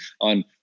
on